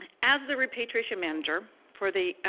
as the repatriation manager for the,